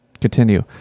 Continue